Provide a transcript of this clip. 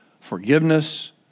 forgiveness